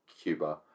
Cuba